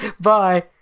Bye